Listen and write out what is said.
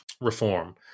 reform